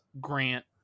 Grant